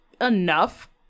enough